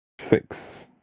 six